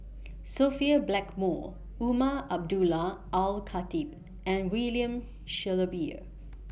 Sophia Blackmore Umar Abdullah Al Khatib and William Shellabear